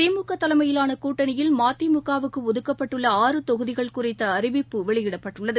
திமுகதலைமையிலானகூட்டணியில் மதிமுகவுக்குஒதுக்கப்பட்டுள்ள தொகுதிகள் ஆ குறித்தஅறிவிப்பு வெளியிடப்பட்டுள்ளது